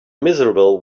miserable